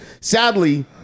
sadly